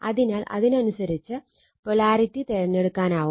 അതിനാൽ അതിനനുസരിച്ച് പൊളാരിറ്റി തിരഞ്ഞെടുക്കാനാവും